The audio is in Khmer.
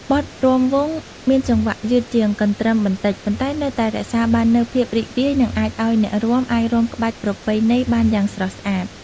បទរាំវង់មានចង្វាក់យឺតជាងកន្ទ្រឹមបន្តិច ប៉ុន្តែនៅតែរក្សាបាននូវភាពរីករាយ និងអាចឱ្យអ្នករាំអាចរាំក្បាច់ប្រពៃណីបានយ៉ាងស្រស់ស្អាត។